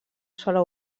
sola